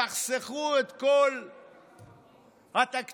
ותחסכו את כל התקציב